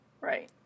Right